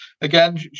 again